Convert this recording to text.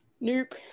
nope